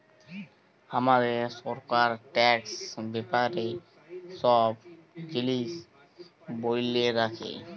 হামাদের সরকার ট্যাক্স ব্যাপারে সব জিলিস ব্যলে রাখে